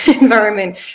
environment